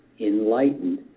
enlightened